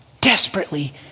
desperately